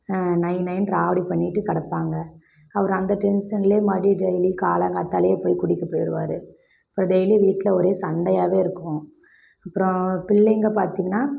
நை நைன்னு ராவடி பண்ணிகிட்டு கிடப்பாங்க அவர் அந்த டென்ஷன்லே மறுடியும் டெய்லி காலங்கார்த்தாலே போய் குடிக்க போயிடுவாரு அப்புறோம் டெய்லி வீட்டில் ஒரே சண்டையாகவே இருக்கும் அப்புறம் பிள்ளைங்க பார்த்திங்கன்னா